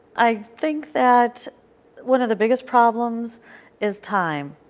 i think that one of the biggest problems is time.